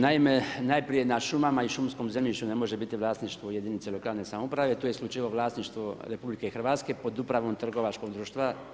Naime, najprije, na šumama i šumskom zemljištu ne može biti vlasništvu jedinice lokalne samouprave, to je isključivo vlasništvu RH pod upravom trgovačkom društva.